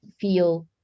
feel